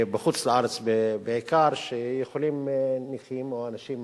בחוץ-לארץ בעיקר, שנכים או אנשים